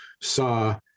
saw